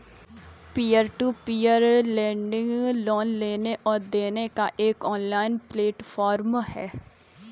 peer to peer lending loan लेने और देने का एक ऑनलाइन प्लेटफ़ॉर्म है